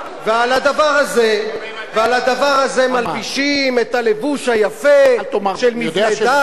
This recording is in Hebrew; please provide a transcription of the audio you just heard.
על הדבר הזה מלבישים את הלבוש היפה של מבני דת.